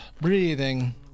breathing